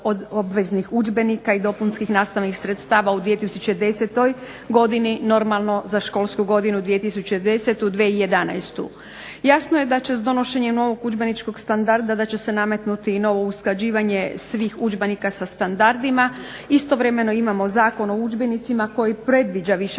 udžbenika i dopunskih nastavnih sredstava u 2010. godini normalno za školsku godinu 2010./2011. Jasno je da će s donošenjem novog udžbeničkog standarda nametnuti i novo usklađivanje svih udžbenika sa standardima. Istovremeno imamo Zakon o udžbenicima koji predviđa